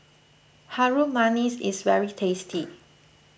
Harum Manis is very tasty